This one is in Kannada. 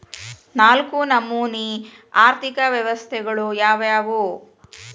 ನಾಲ್ಕು ನಮನಿ ಆರ್ಥಿಕ ವ್ಯವಸ್ಥೆಗಳು ಯಾವ್ಯಾವು?